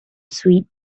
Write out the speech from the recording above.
sweet